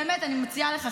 באמת אני מציעה לך,